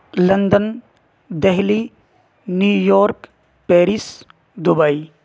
London Delhi New York Paris Dubai